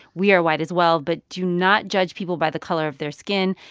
we are white as well but do not judge people by the color of their skin.